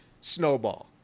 Snowball